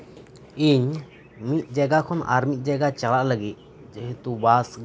ᱤᱧ ᱢᱤᱫ ᱡᱟᱭᱜᱟ ᱠᱷᱚᱱ ᱟᱨ ᱢᱤᱫ ᱡᱟᱭᱜᱟ ᱪᱟᱞᱟᱜ ᱞᱟᱹᱜᱤᱫ ᱡᱮᱦᱮᱛᱩ ᱵᱟᱥ ᱜᱟᱹᱰᱤ ᱠᱩ